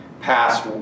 past